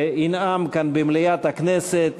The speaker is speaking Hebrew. וינאם כאן במליאת הכנסת.